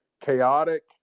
chaotic